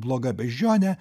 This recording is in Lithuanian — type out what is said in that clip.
bloga beždžionė